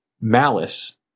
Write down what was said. Malice